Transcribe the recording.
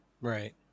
Right